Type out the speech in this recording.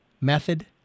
Method